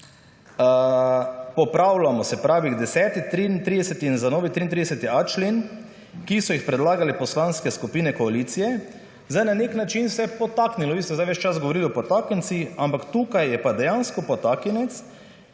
popravljamo, se pravi, k 10., 33. in za novi 33.a člen, ki so jih predlagali Poslanske skupine koalicije. Zdaj na nek način ste podtaknili. Vi ste zdaj ves čas govorili o potaknjencih, ampak tukaj je pa dejansko potaknjenec,